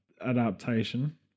adaptation